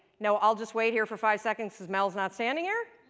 no, i'll just wait here for five seconds because mel's not standing here